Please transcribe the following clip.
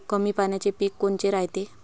कमी पाण्याचे पीक कोनचे रायते?